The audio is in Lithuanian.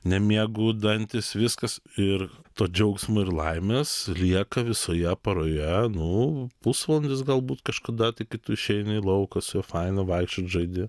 nemiegu dantys viskas ir to džiaugsmo ir laimės lieka visoje paroje nu pusvalandis galbūt kažkada tai kai tu išeini į lauką su juo faina vaikščiot žaidi